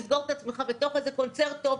לסגור את עצמך בתוך איזה קונצרט טוב,